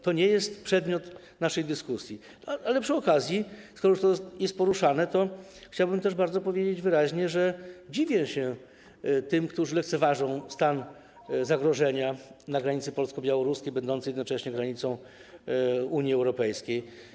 To nie jest przedmiot naszej dyskusji, ale przy okazji, skoro to jest poruszane, chciałbym też bardzo wyraźnie powiedzieć, że dziwię się tym, którzy lekceważą stan zagrożenia na granicy polsko-białoruskiej będącej jednocześnie granicą Unii Europejskiej.